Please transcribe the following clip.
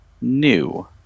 new